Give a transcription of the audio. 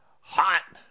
hot